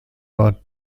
war